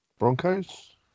Broncos